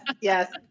yes